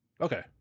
Okay